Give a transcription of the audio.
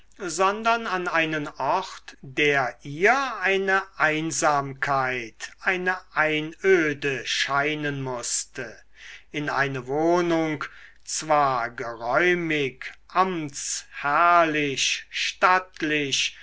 sondern an einen ort der ihr eine einsamkeit eine einöde scheinen mußte in eine wohnung zwar geräumig amtsherrlich stattlich